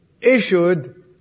issued